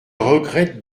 regrette